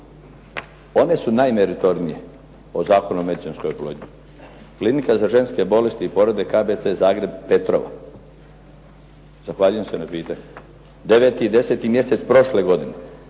One su najmeritornije o Zakonu o medicinskoj oplodnji. Klinika za ženske bolesti i porode KBC Zagreb "Petrova", zahvaljujem se na pitanju. 9. i 10. mjesec prošle godine